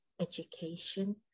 education